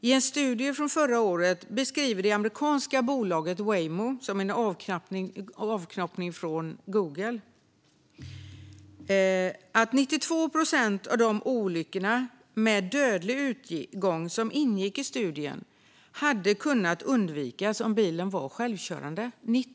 I en studie från förra året beskriver det amerikanska bolaget Waymo, en avknoppning från Google, att 92 procent av de olyckor med dödlig utgång som ingick i studien hade kunnat undvikas om bilen varit självkörande.